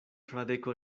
fradeko